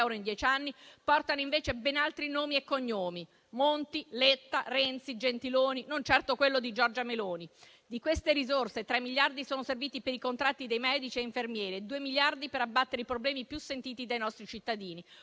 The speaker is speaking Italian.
in dieci anni, portano invece ben altri nomi e cognomi: Monti, Letta, Renzi, Gentiloni e non certo quello di Giorgia Meloni. Di queste risorse, tre miliardi sono serviti per i contratti dei medici e degli infermieri e due miliardi per abbattere i problemi più sentiti dai nostri cittadini,